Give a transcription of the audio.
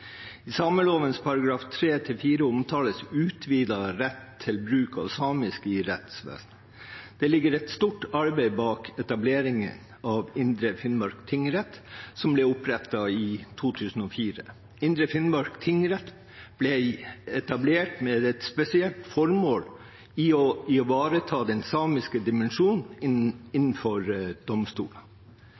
i rettsvesenet. I sameloven § 3-4 omtales utvidet rett til bruk av samisk i rettsvesenet. Det ligger et stort arbeid bak etableringen av Indre Finnmark tingrett, som ble opprettet i 2004. Indre Finnmark tingrett ble etablert med et spesielt formål om å ivareta den samiske dimensjonen innenfor domstolene.